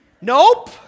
Nope